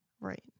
Right